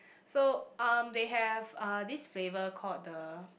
so um they have uh this flavour called the